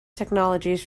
technologies